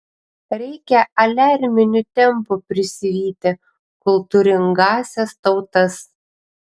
reikia aliarminiu tempu prisivyti kultūringąsias tautas